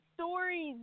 stories